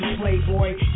playboy